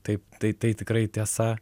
taip tai tai tikrai tiesa